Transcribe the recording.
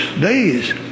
days